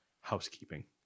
housekeeping